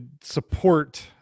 support